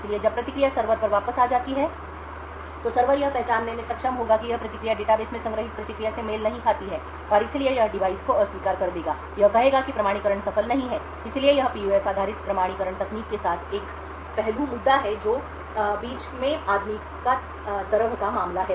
इसलिए जब प्रतिक्रिया सर्वर पर वापस जाती है तो सर्वर यह पहचानने में सक्षम होगा कि यह प्रतिक्रिया डेटाबेस में संग्रहीत प्रतिक्रिया से मेल नहीं खाती है और इसलिए यह डिवाइस को अस्वीकार कर देगा यह कहेगा कि प्रमाणीकरण सफल नहीं है इसलिए यह PUF आधारित प्रमाणीकरण तकनीक के साथ एक एक पहलू मुद्दा है जो बीच में आदमी का तरह का मामला है